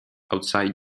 outside